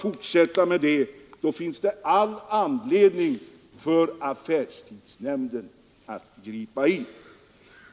Fortsätter man med det finns det all anledning för affärstidsnämnden att gripa in.